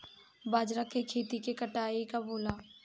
बजरा के खेती के कटाई कब होला?